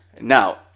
Now